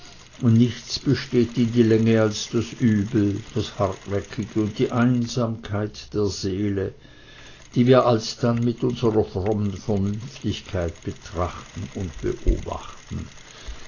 und nichts besteht in die länge als das übel das hartnäckige und die einsamkeit der seele die wir alsdann mit unserer frommen vernünftigkeit betrachten und beobachten